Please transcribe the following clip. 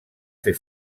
fer